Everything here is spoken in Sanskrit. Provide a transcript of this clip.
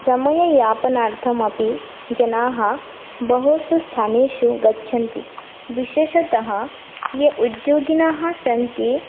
समययापनार्थमपि जनाः बहुषु स्थानेषु गच्छन्ति विशेषतः ये उद्योगिनः सन्ति